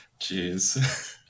Jeez